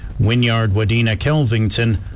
Winyard-Wadena-Kelvington